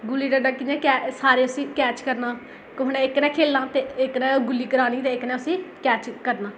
गुल्ली ड़डा कियां सारें उसी कैच करना इक ने खेलना ते इक ने उसी गुल्ली करानी ते इक ने उसी कैच करना